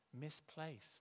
misplaced